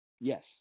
Yes